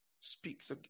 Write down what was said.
speaks